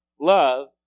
Love